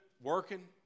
working